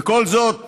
וכל זאת